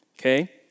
okay